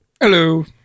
Hello